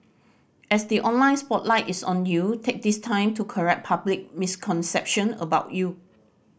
as the online spotlight is on you take this time to correct public misconception about you